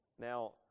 Now